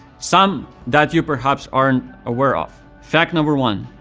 some that you perhaps aren't aware of. fact number one,